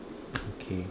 okay